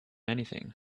anything